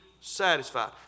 satisfied